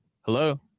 Hello